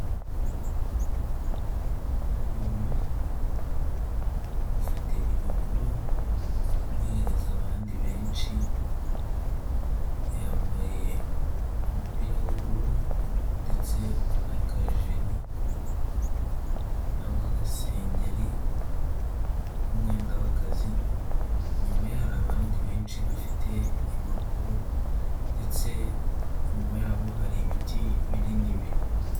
Umuntu ufite impapuro yohereza abandi benshi yambaye umupira w'ubururu ndetse na kajeri yangwa agasengeri k'umwenda w'akazi nyuma hari abandi benshi bafite impapuro ndetse inyuma yabo hari ibiti bininibi.